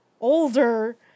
older